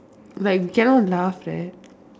like we cannot laugh right